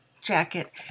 jacket